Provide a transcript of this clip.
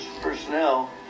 personnel